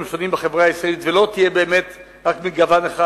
השונים בחברה הישראלית ולא תהיה באמת רק מגוון אחד.